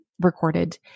recorded